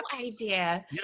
idea